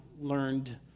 learned